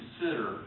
consider